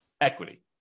equity